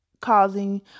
causing